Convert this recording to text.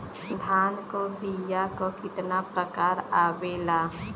धान क बीया क कितना प्रकार आवेला?